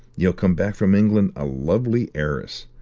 you'll come back from england a lovely heiress.